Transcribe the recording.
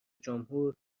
جمهور